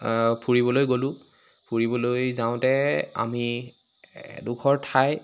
ফুৰিবলৈ গ'লো ফুৰিবলৈ যাওঁতে আমি এডোখৰ ঠাই